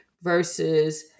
versus